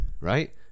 Right